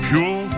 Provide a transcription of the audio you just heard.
Pure